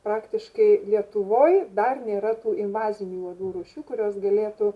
praktiškai lietuvoj dar nėra tų invazinių uodų rūšių kurios galėtų